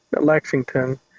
Lexington